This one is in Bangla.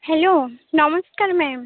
hello namaskar ma'am